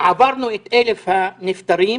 עברנו את 1,000 הנפטרים